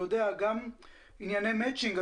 גם ענייחני מצ'ינג,